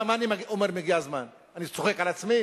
מה אני אומר "הגיע הזמן" אני צוחק על עצמי?